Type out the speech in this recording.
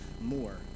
more